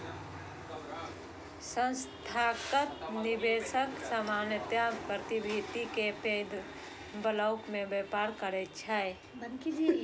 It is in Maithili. संस्थागत निवेशक सामान्यतः प्रतिभूति के पैघ ब्लॉक मे व्यापार करै छै